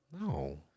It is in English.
No